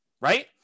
right